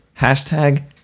Hashtag